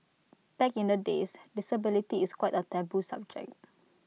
back in the days disability is quite A taboo subject